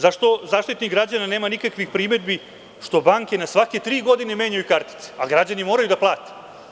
Zašto Zaštitnik građana nema nikakvih primedbi što banke na svake tri godine menjaju kartice, a građani moraju da plate?